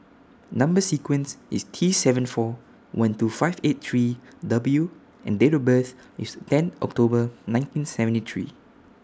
Number sequence IS T seven four one two five eight three W and Date of birth IS ten October nineteen seventy three